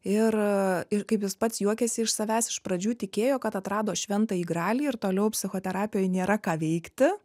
ir ir kaip jis pats juokiasi iš savęs iš pradžių tikėjo kad atrado šventąjį gralį ir toliau psichoterapijoj nėra ką veikti